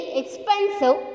expensive